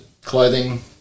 Clothing